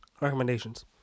Recommendations